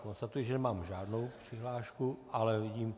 Konstatuji, že nemám žádnou přihlášku, ale vidím...